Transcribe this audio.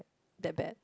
that bad